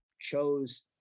chose